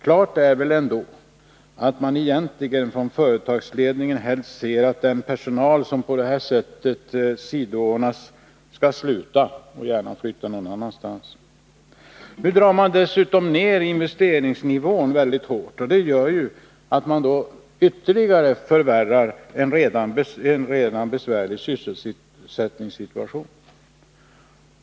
Klart är väl ändå att man egentligen från företagsledningen helst ser att den personal som på det här sättet sidoordnas skall sluta och gärna flytta någon annanstans. Nu drar man dessutom ner investeringsnivån väldigt hårt, och det innebär att man ytterligare förvärrar en redan besvärlig sysselsättningssituation.